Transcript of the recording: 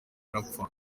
arapfa